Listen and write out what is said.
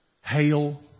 hail